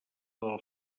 del